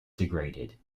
degraded